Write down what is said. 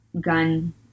gun